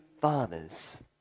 fathers